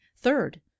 Third